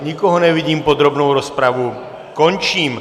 Nikoho nevidím, podrobnou rozpravu končím.